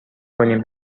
کنیم